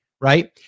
right